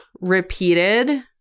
repeated